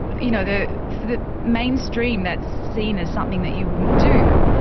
you know, the. for the mainstream that's seen as something that you wouldn't do,